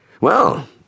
well